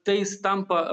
tais tampa